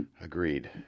agreed